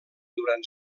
durant